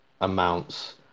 amounts